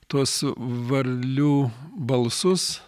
tuos varlių balsus